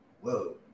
whoa